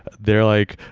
they're like,